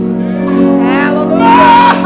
Hallelujah